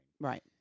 Right